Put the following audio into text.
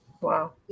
Wow